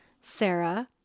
Sarah